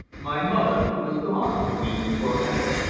my mother was gone from me for ever!